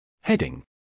Heading